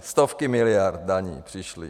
Stovky miliard daní přišly...